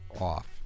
off